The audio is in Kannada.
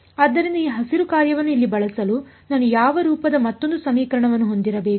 ಆದ್ದರಿಂದ ಈ ಹಸಿರು ಕಾರ್ಯವನ್ನು ಇಲ್ಲಿ ಬಳಸಲು ನಾನು ಯಾವ ರೂಪದ ಮತ್ತೊಂದು ಸಮೀಕರಣವನ್ನು ಹೊಂದಿರಬೇಕು